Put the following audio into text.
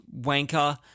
wanker